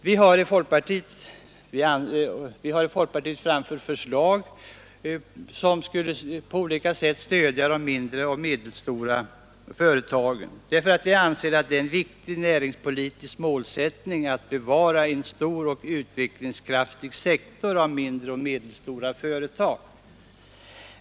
Vi har i folkpartiet framfört förslag som på olika sätt skulle stödja de mindre och medelstora företagen, eftersom vi har ansett att det är en viktig näringspolitisk målsättning att bevara en stor och utvecklingskraftig sektor av mindre och medelstora företag.